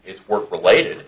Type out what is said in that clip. it's work related